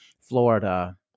Florida